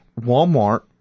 Walmart